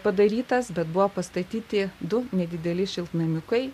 padarytas bet buvo pastatyti du nedideli šiltnamiukai